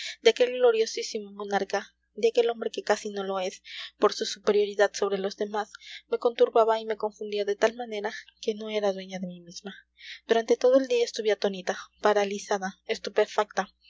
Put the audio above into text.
de aquel gloriosísimo monarca de aquel hombre que casi no lo es por su superioridad sobre los demás me conturbaba y confundía de tal manera que no era dueña de mí misma durante todo el día estuve atónita paralizada estupefacta